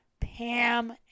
Pam